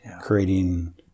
creating